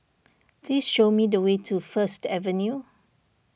please show me the way to First Avenue